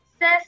Says